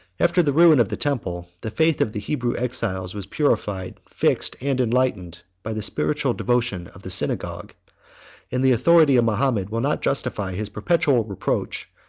after the ruin of the temple, the faith of the hebrew exiles was purified, fixed, and enlightened, by the spiritual devotion of the synagogue and the authority of mahomet will not justify his perpetual reproach,